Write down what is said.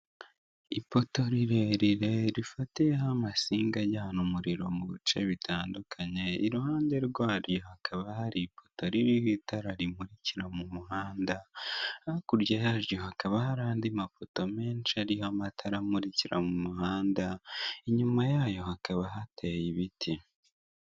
Ipoto rirrerire rifatiyeho amasinga ajyana umuriro mu bice bitandukanye, iruhande rwaryo hakaba hari ipoto ririro itara rimurikira mu muhanda, hakurya yaryo hakaba hari andi mapoto menshi ariho amatara amurikira mu muhanda, inyuma yayo o hakaba hateye ibiti.